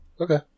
Okay